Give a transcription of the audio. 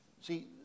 see